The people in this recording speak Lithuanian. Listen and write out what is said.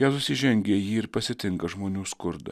jėzus įžengia į jį ir pasitinka žmonių skurdą